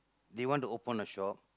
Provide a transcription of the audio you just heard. they want to open a shop